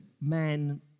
men